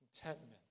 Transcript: Contentment